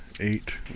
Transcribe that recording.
eight